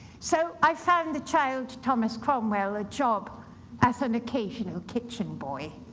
so i found the child thomas cromwell a job as an occasional kitchen boy.